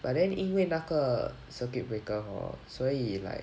but then 因为那个 circuit breaker hor 所以 like